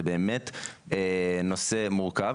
זה באמת נושא מורכב,